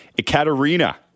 Ekaterina